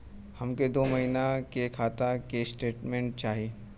हमके दो महीना के खाता के स्टेटमेंट चाही?